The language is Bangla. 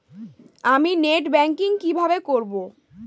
আমি নেট ব্যাংকিং কিভাবে করব?